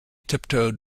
tiptoed